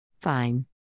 Fine